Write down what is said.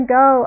go